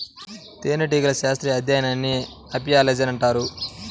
తేనెటీగల శాస్త్రీయ అధ్యయనాన్ని అపియాలజీ అని అంటారు